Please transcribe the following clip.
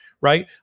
right